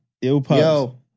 yo